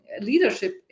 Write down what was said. leadership